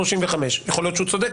יכול להיות שהוא צודק,